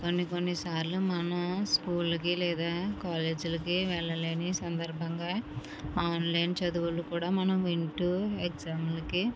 కొన్ని కొన్ని సార్లు మనం స్కూళ్లకు లేదా కాలేజీలకు వెళ్లలేని సందర్భంగా ఆన్లైన్ చదువులు కూడా మనం వింటూ ఎగ్జామ్లకి